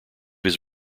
his